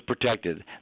protected